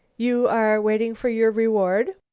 you are waiting for your reward?